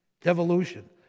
Devolution